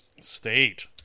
state